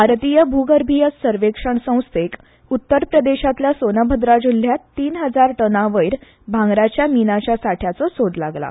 भारतीय भूगर्भीय सर्वेक्षण संस्थेक उत्तर प्रदेशांतल्या सोनभद्रा जिल्ल्यांत तीन हजार टना वयर भांगराच्या मिनाच्या सांठ्याचो सोद लागला